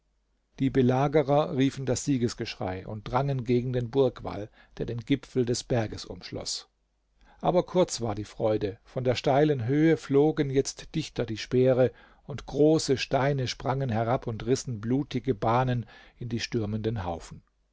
die belagerer riefen das siegesgeschrei und drangen gegen den burgwall der den gipfel des berges umschloß aber kurz war die freude von der steilen höhe flogen jetzt dichter die speere und große steine sprangen herab und rissen blutige bahnen in die stürmenden haufen